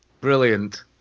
Brilliant